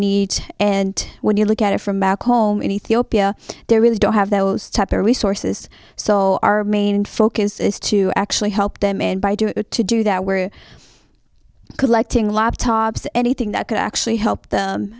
need and when you look at it from back home in ethiopia they really don't have those type their resources so our main focus is to actually help them and by doing to do that we're collecting laptops anything that could actually help them